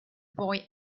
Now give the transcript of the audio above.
boy